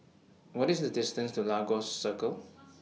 What IS The distance to Lagos Circle